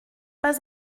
pas